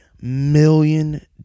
million